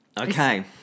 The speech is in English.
Okay